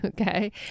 okay